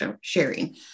sharing